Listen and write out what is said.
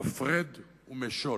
הפרד ומשול.